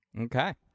Okay